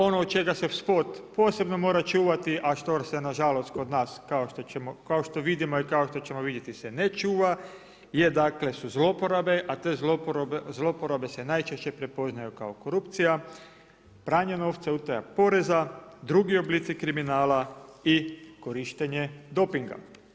Ono čega se sport posebno mora čuvati, a što se nažalost kod nas kao što vidimo i kao što ćemo vidjeti se ne čuva je dakle su zloporabe, a te zloporabe se najčešće prepoznaju kao korupcija, pranje novca, utaja poreza, drugi oblici kriminala i korištenje dopinga.